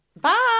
Bye